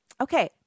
Okay